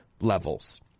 levels